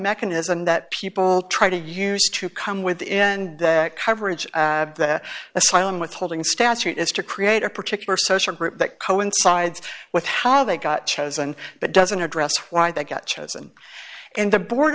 mechanism that people try to use to come with in coverage of the asylum withholding statute is to create a particular social group that coincides with how they got chosen but doesn't address why they got chosen and the board